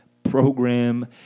program